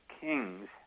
kings